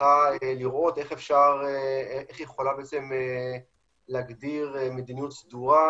צריכה לראות איך היא יכולה להגדיר מדיניות סדורה